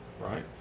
right